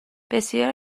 بسیاری